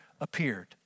appeared